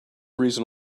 reason